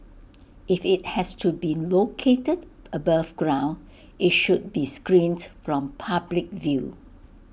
if IT has to be located above ground IT should be screened from public view